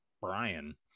Brian